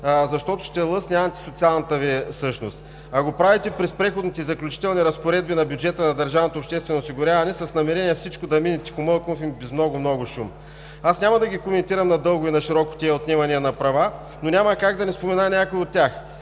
защото ще лъсне антисоциалната Ви същност, а го правите през Преходните и заключителните разпоредби на бюджета на държавното обществено осигуряване с намерение всичко да мине тихомълком и без много, много шум. Аз няма да ги коментирам надълго и нашироко тези отнемания на права, но няма как да не спомена някои от тях,